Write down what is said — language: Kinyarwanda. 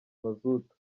mazutu